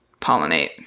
pollinate